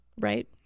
Right